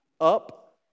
up